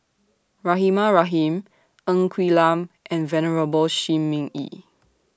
Rahimah Rahim Ng Quee Lam and Venerable Shi Ming Yi